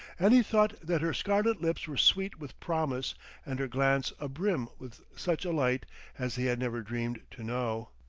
and he thought that her scarlet lips were sweet with promise and her glance a-brim with such a light as he had never dreamed to know.